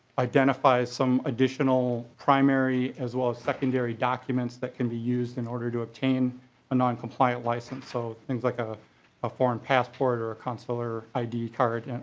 identifies some additional primary as well as secondary documents that can be used in order to obtain a noncompliant license. so things like ah a foreign passport or counselor id card. and